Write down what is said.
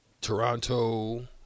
toronto